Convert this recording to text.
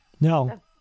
No